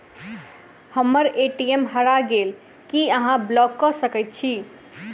हम्मर ए.टी.एम हरा गेल की अहाँ ब्लॉक कऽ सकैत छी?